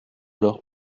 leur